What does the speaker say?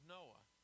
Noah